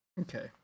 Okay